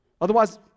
Otherwise